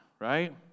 right